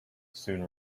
soon